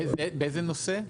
באיזה נושא?